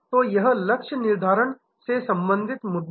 तो यह लक्ष्य निर्धारण से संबंधित मुद्दा है